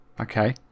okay